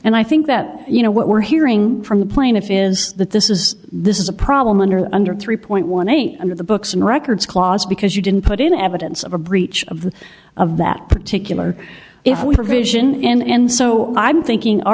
and i think that you know what we're hearing from the plaintiff is that this is this is a problem under under three point one eight under the books and records clause because you didn't put in evidence of a breach of the of that particular if we provision in and so i'm thinking all